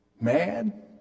mad